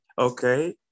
okay